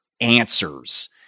answers